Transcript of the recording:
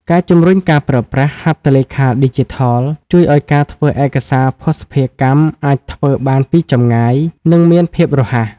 ការជំរុញការប្រើប្រាស់ "ហត្ថលេខាឌីជីថល" ជួយឱ្យការធ្វើឯកសារភស្តុភារកម្មអាចធ្វើបានពីចម្ងាយ និងមានភាពរហ័ស។